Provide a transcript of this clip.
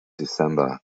december